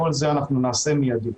את כל זה אנחנו נעשה מידית.